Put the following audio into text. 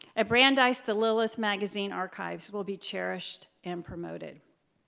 at brandeis the lilith magazine archives will be cherished and promoted.